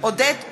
עודד פורר,